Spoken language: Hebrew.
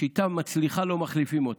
שיטה מצליחה, לא מחליפים אותה.